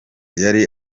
yari